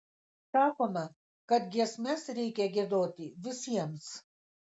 sakoma kad giesmes reikia giedoti visiems